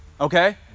Okay